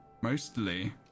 Mostly